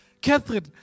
Catherine